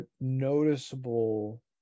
noticeable